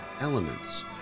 elements